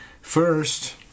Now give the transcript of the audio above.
First